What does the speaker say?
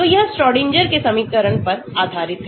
तो यह श्रोडिंगर के समीकरण पर आधारित है